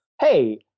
hey